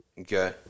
Okay